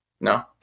no